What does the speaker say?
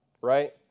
Right